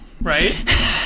Right